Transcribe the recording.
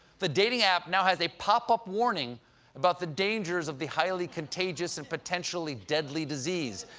the dating app now has a popup warning about the dangers of the highly contagious and potentially deadly disease.